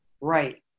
Right